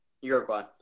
Uruguay